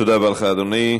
תודה רבה לך, אדוני.